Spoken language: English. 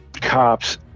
cops